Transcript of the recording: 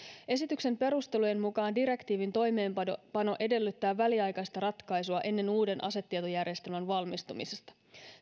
esityksen perustelujen mukaan direktiivin toimeenpano edellyttää väliaikaista ratkaisua ennen uuden asetietojärjestelmän valmistumista